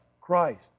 Christ